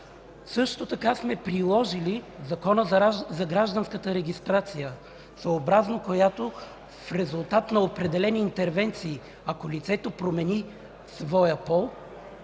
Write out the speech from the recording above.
Също така сме приложили Закона за гражданската регистрация, съобразно който в резултат на определени интервенции, ако лицето промени своя пол,